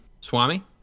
swami